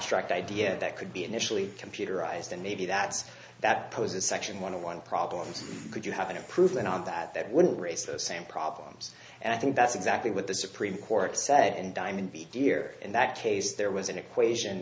abstract idea that could be initially computerized and maybe that's that poses section one of one problems could you have an improvement on that that wouldn't raise the same problems and i think that's exactly what the supreme court said and diamond be here in that case there was an equation